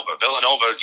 Villanova